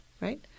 right